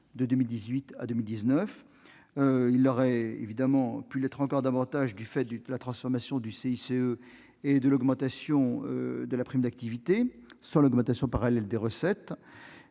2018 et 2019. Il aurait d'ailleurs pu l'être encore davantage du fait de la transformation du CICE et de la hausse de la prime d'activité, sans l'augmentation parallèle des recettes